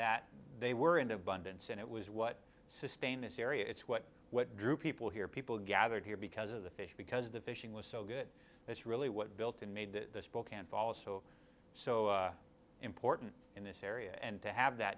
that they were in abundance and it was what sustained this area it's what what drew people here people gathered here because of the fish because the fishing was so good that's really what built and made the spokane fall so so important in this area and to have that